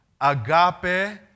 agape